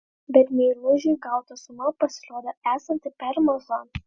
bet meilužiui gauta suma pasirodė esanti per maža